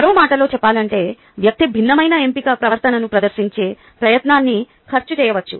మరో మాటలో చెప్పాలంటే వ్యక్తి భిన్నమైన ఎంపిక ప్రవర్తనను ప్రదర్శించే ప్రయత్నాన్ని ఖర్చు చేయవచ్చు